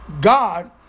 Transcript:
God